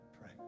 Pray